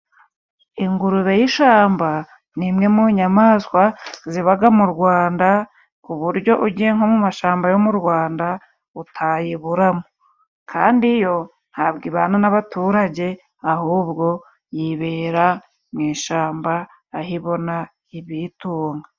Ingurube y'ishamba ni imwe mu nyamaswa zibaga mu Rwanda, ku buryo ugiye nko mu mashyamba yo mu rwanda utayiburamo. Kandi yo ntabwo ibana n'abaturage, ahubwo yibera mu ishyamba aho ibona ibiyituga.